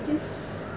this